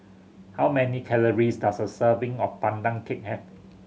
how many calories does a serving of Pandan Cake have